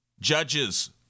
Judges